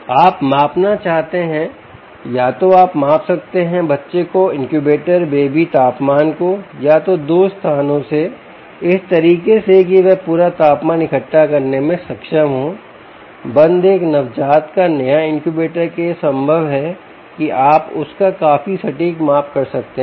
आप मापना चाहते हैं या तो आप माप सकते हैं बच्चे को इनक्यूबेटर बेबी तापमान को या तो दो स्थानों से इस तरीके से कि वह पूरा तापमान इकट्ठा करने में सक्षम हो बंद एक नवजात का नया इनक्यूबेटर के यह संभव है कि आप उसका काफी सटीक माप कर सकते हैं